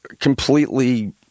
completely